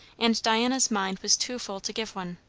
and diana's mind was too full to give one.